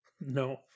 No